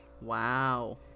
Wow